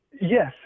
Yes